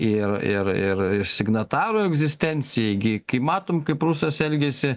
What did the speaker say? ir ir ir signatarų egzistencijai gi kai matom kaip rusas elgiasi